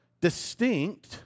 distinct